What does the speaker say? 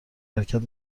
حرکت